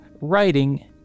writing